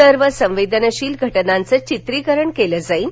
सर्व संवेदनशील घटनांचे चित्रीकरण केले जाईल